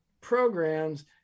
programs